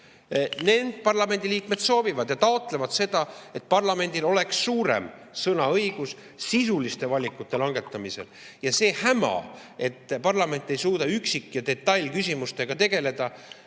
need parlamendiliikmed soovivad ja taotlevad seda, et parlamendil oleks suurem sõnaõigus sisuliste valikute langetamisel. Ja see häma, et parlament ei suuda üksik- ja detailküsimustega tegeleda,